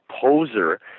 poser